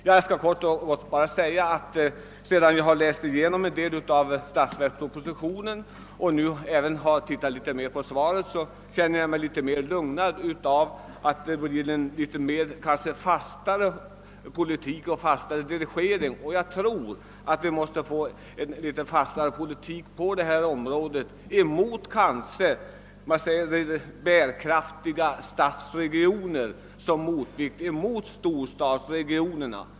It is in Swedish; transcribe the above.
Jag skall kort och gott säga att jag, sedan jag har läst igenom en del av statsverkspropositionen och nu även har tagit del av svaret, känner mig lugnare. Det blir tydligen en fastare politik. Jag tror att vi på detta område måste få en litet hårdare dirigering mot bärkraftiga stadsregioner som motvikt till storstadsregionerna.